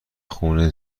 خون